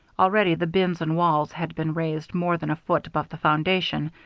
already the bins and walls had been raised more than a foot above the foundation,